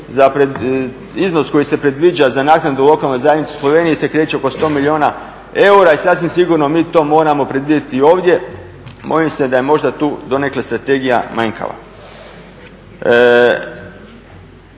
Iznos koji se predviđa za naknadu lokalne zajednice u Sloveniji se kreće oko 100 milijuna eura i sasvim sigurno mi to moramo predvidjeti i ovdje. Bojim se da je možda tu donekle strategija manjkava.